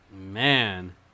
Man